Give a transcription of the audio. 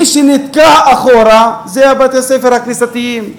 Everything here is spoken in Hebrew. ומי שנתקע מאחור זה בתי-הספר הכנסייתיים.